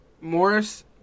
Morris